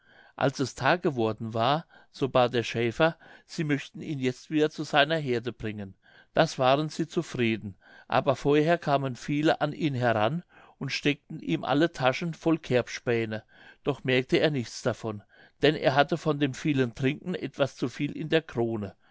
als es tag geworden war so bat der schäfer sie möchten ihn jetzt wieder zu seiner heerde bringen das waren sie zufrieden aber vorher kamen viele an ihn heran und steckten ihm alle taschen voll kerbspähne doch merkte er nichts davon denn er hatte von dem vielen trinken etwas zu viel in der krone